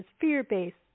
fear-based